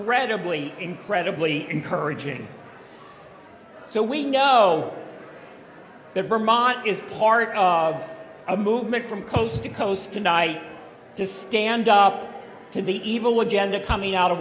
bly incredibly encouraging so we know that vermont is part of a movement from coast to coast tonight to stand up to the evil one gender coming out of